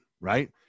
right